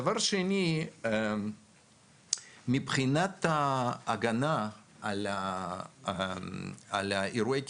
דבר שני, מבחינת ההגנה על אירועי קיצון,